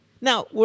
now